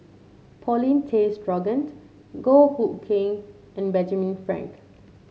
Paulin Tay Straughan Goh Hood Keng and Benjamin Frank